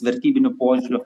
vertybiniu požiūriu